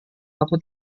aku